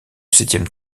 septième